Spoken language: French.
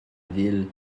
ville